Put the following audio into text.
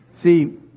See